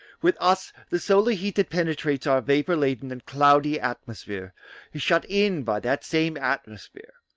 with us, the solar heat that penetrates our vapour-laden and cloudy atmosphere is shut in by that same atmosphere,